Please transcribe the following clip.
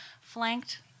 flanked